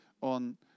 on